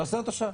נעשה אותו שעה.